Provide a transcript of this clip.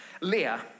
Leah